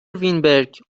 وینبرگ